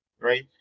right